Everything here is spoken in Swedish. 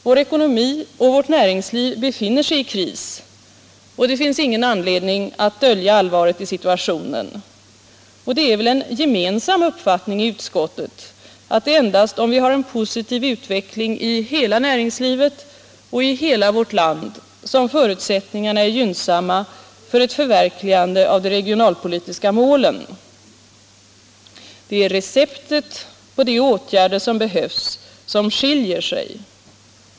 Vår ekonomi och vårt näringsliv befinner sig i kris, och det finns ingen anledning att dölja allvaret i situationen. Vi har väl en gemensam uppfattning i utskottet att det är endast om vi får en positiv utveckling i hela näringslivet och i hela vårt land som förutsättningarna är gynn samma för ett förverkligande av de regionalpolitiska målen. Det är i receptet på de åtgärder som behövs som det skiljer sig.